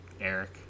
Eric